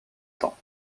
temps